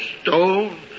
stone